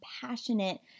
passionate